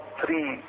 three